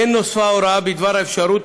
כן נוספה הוראה בדבר אפשרות